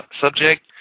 subject